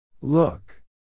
Look